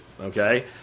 Okay